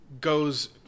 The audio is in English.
goes